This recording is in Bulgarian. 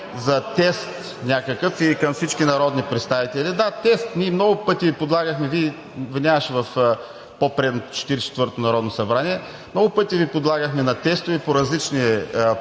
за тест някакъв и към всички народни представители – да, тест, ние много пъти Ви подлагахме. Нямаше Ви в по-предното 44-то народно събрание, много пъти Ви подлагахме на тестове по различни поводи,